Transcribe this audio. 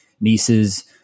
nieces